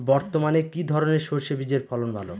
বর্তমানে কি ধরনের সরষে বীজের ফলন ভালো?